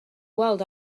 world